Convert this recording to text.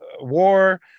war